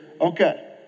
okay